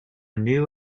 new